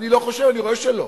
אני לא חושב, אני רואה שלא.